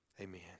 Amen